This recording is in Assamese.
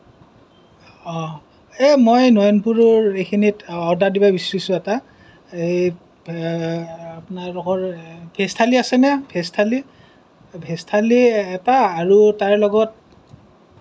অঁ এ মই নয়নপুৰৰ এইখিনিত অৰ্ডাৰ দিব বিচাৰিছো এটা আপোনালোকৰ ভেজ থালি আছেনে ভেজ থালি ভেজ থালি এটা আৰু তাৰ লগত